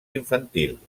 infantil